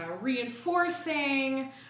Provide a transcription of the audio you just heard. reinforcing